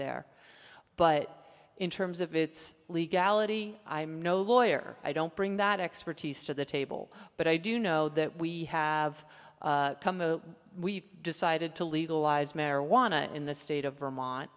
there but in terms of its legality i'm no lawyer i don't bring that expertise to the table but i do know that we have we've decided to legalize marijuana in the state of